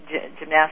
gymnastics